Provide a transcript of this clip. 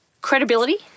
Credibility